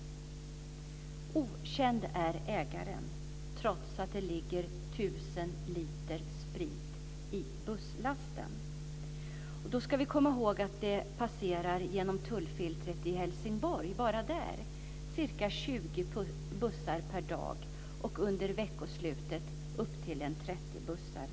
Okänd är ägaren, trots att det finns tusen liter sprit lastad i bussen. Då ska vi komma ihåg att det bara genom tullfiltret i Helsingborg passerar ca 20 bussar per dag och upp till 30 bussar per dag under veckosluten.